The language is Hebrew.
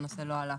הנושא לא עלה.